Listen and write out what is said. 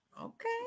okay